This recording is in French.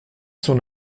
son